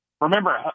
Remember